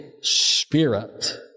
Spirit